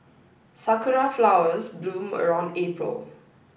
sakura flowers bloom around April